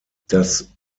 das